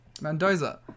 Mendoza